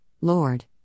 Lord